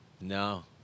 No